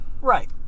Right